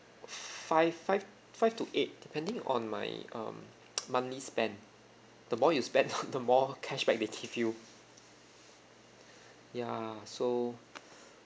five five five to eight depending on my um monthly spend the more you spend the more cashback they give you ya so